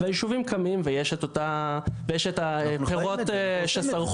והישובים קמים ויש את הפירות שסרחו.